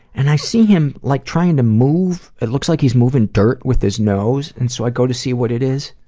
and i see him like trying to move, it looks like he's moving dirt with his nose, and so i go to see what it is.